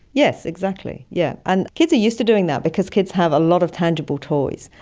yes, exactly, yeah and kids are used to doing that because kids have a lot of tangible toys.